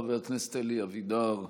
חבר הכנסת אלי אבידר,